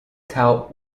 tout